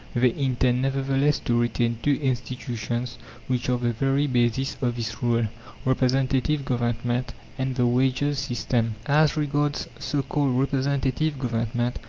they intend nevertheless to retain two institutions which are the very basis of this rule representative government and the wages' system. as regards so-called representative government,